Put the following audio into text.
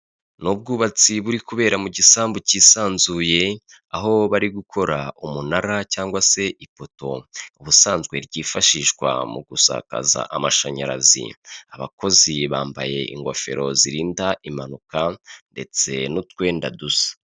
Ubwubatsi buri kubera mu gisambu cyisanzuye, aho bari gukora umunara cyangwa se ipoto, ubusanzwe ryifashishwa mu gusakaza amashanyarazi, abakozi bambaye ingofero zirinda impanuka, ndetse n'utwenda dusa.